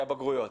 הבגרויות.